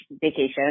vacation